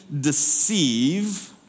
deceive